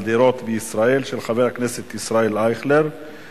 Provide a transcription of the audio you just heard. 5715, של חבר הכנסת ישראל אייכלר,